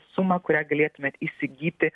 suma kurią galėtumėt įsigyti